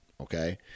okay